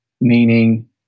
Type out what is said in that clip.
meaning